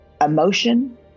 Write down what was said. emotion